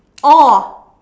oh